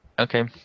Okay